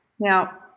Now